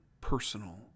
personal